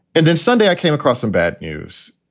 and then sunday, i came across some bad news.